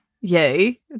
Yay